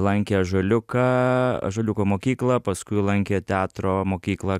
lankė ąžuoliuką ąžuoliuko mokyklą paskui lankė teatro mokyklą